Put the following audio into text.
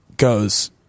goes